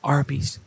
Arby's